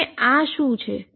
અને આ શું છે